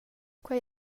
quei